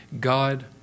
God